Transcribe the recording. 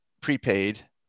prepaid